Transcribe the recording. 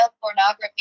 pornography